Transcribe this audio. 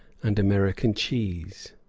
and american cheese.